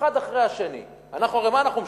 אחת אחרי השנייה, אנחנו, הרי מה אנחנו משווקים?